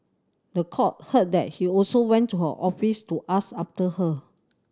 the court heard that he also went to her office to ask after her